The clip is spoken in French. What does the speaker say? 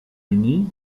unis